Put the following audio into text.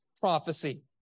prophecy